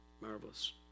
marvelous